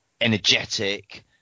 energetic